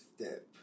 step